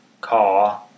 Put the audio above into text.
car